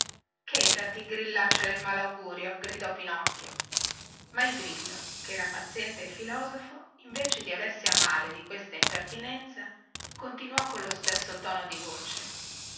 di te chétati grillaccio del malaugurio gridò pinocchio ma il grillo che era paziente e filosofo invece di aversi a male di questa impertinenza continuò con lo stesso tono di voce